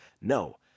No